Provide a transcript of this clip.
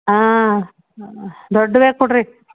ಆಂ ದೊಡ್ಡವೇ ಕೊಡ್ರಿ